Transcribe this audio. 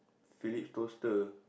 Philips toaster